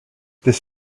this